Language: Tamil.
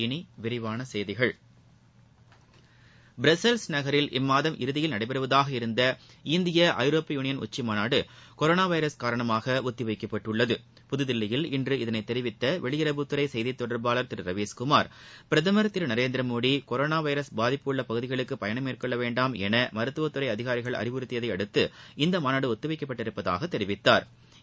இனி விரிவான செய்திகள் பிரஸ்ஸல்ஸ் நகரில் இம்மாதம் இறுதியில் நடடபெறுவதாக இருந்த இந்திய ஐரோப்பிய யூனியன் உச்சி மாநாடு கொரோனா வைரஸ் காரணமாக ஒத்திவைக்கப்பட்டுள்ளது புததில்லியில் இன்று இதளை தெரிவித்த வெளியுறவுத்துறை செய்தித் தொடர்பாளர் திரு ரவிஸ்குமார் பிரதமர் திரு நரேந்திர மோடி கொரோனா வைரஸ் பாதிப்பு உள்ள பகுதிகளுக்கு பயணம் மேற்கொள்ள வேண்டாம் என மருத்துவ துறை அதிகாரிகள் அறிவுறுத்தியதை அடுத்து இந்த மாநாடு ஒத்திவைக்கப்பட்டுள்ளதாக தெரிவித்தாா்